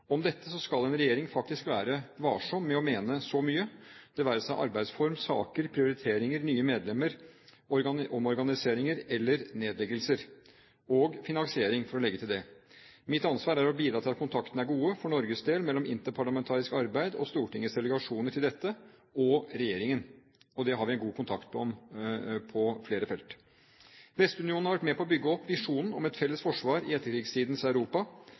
Dette skal en regjering faktisk være varsom med å mene så mye om, det være seg arbeidsform, saker, prioriteringer, nye medlemmer, omorganiseringer eller nedleggelser – og finansiering, for å legge til det. Mitt ansvar er å bidra til at kontaktene er gode – for Norges del – mellom interparlamentarisk arbeid og Stortingets delegasjoner til dette og regjeringen. Der har vi en god kontakt på flere felt. Vestunionen har vært med på å bygge opp visjonen om et felles forsvar i etterkrigstidens Europa